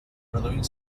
produint